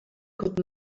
could